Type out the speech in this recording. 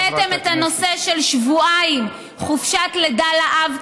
הבאתם את הנושא של שבועיים חופשת לידה לאב,